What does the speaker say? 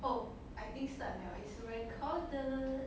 oh like this rank all the